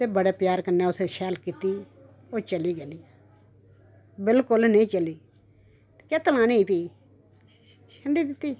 ते बड़े प्यार कन्नै उस शैल कीती ओह् चली गै निं बिलकुल निं चली केत्त लानी भी छंडी दित्ती